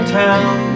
town